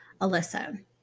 Alyssa